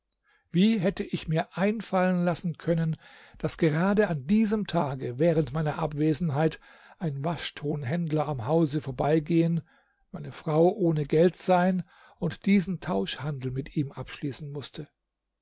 wie hätte ich mir einfallen lassen können daß gerade an diesem tage während meiner abwesenheit ein waschtonhändler am hause vorbeigehen meine frau ohne geld sein und diesen tauschhandel mit ihm abschließen mußte